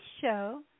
show